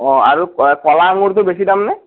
অঁ আৰু ক কলা আঙুৰটো বেছি দাম নে